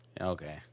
Okay